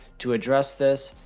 to address this,